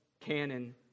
canon